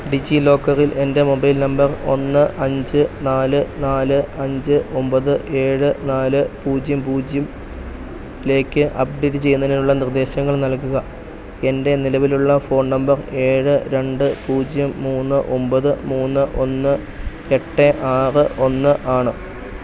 ഡിജിലോക്കറിൽ എൻ്റെ mobile number ഒന്ന് അഞ്ച് നാല് നാല് അഞ്ച് ഒമ്പത് ഏഴ് നാല് പൂജ്യം പൂജ്യം ലേക്ക് അപ്ഡേറ്റ് ചെയ്യുന്നതിനുള്ള നിർദ്ദേശങ്ങൾ നൽകുക എൻ്റെ നിലവിലുള്ള ഫോൺ നമ്പർ ഏഴ് രണ്ട് പൂജ്യം മൂന്ന് ഒമ്പത് മൂന്ന് ഒന്ന് എട്ടേ ആറ് ഒന്ന് ആണ്